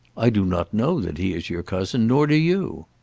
i do not know that he is your cousin nor do you.